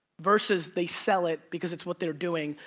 versus they sell it because it's what they're doing,